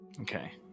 Okay